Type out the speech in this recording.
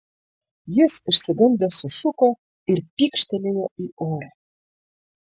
jis išsigandęs sušuko ir pykštelėjo į orą